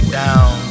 down